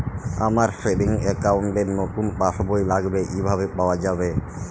আমার savings account র নতুন পাসবই লাগবে কিভাবে পাওয়া যাবে?